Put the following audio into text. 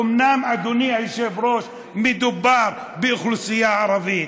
אומנם, אדוני היושב-ראש, מדובר באוכלוסייה הערבית,